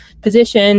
position